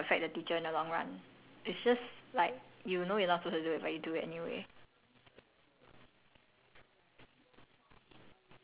no lah but like what is it gonna what is it gonna affect the how is it gonna affect the teacher in the long run it's just like you know you're not supposed to do it but you do it anyway